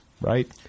right